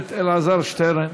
הכנסת אלעזר שטרן.